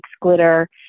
glitter